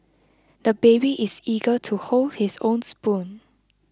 the baby is eager to hold his own spoon